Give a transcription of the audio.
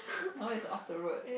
now is off the roed